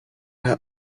will